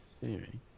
theory